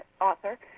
author